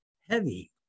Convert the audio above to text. Heavy